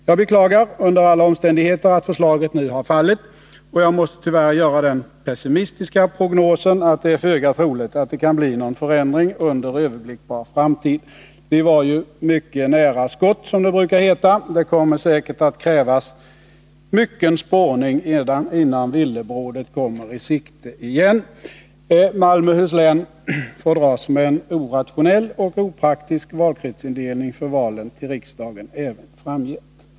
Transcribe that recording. Jag beklagar under alla omständigheter att förslaget nu har fallit och jag måste tyvärr göra den pessimistiska prognosen att det är föga troligt att det kan bli någon förändring under överblickbar framtid. Vi var ju nu mycket nära skott, som det brukar heta. Det kommer säkert att krävas mycken spårning innan villebrådet kommer i sikte igen. Malmöhus län får dras med en orationell och opraktisk valkretsindelning för valen till riksdagen även framgent.